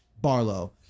Barlow